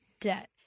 debt